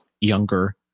younger